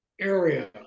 area